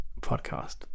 podcast